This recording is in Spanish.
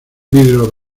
vidrio